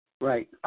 Right